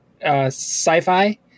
sci-fi